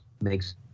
makes